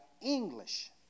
English